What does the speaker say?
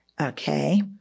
Okay